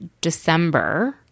December